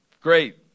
great